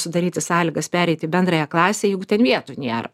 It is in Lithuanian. sudaryti sąlygas pereit į bendrąją klasę jeigu ten vietų nėra